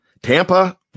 Tampa